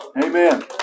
Amen